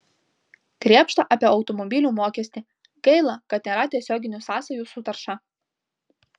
krėpšta apie automobilių mokestį gaila kad nėra tiesioginių sąsajų su tarša